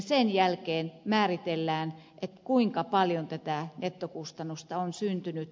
sen jälkeen määritellään kuinka paljon tätä nettokustannusta on syntynyt